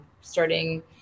starting